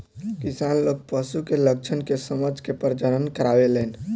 किसान लोग पशु के लक्षण के समझ के प्रजनन करावेलन